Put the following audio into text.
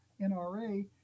NRA